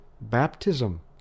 baptism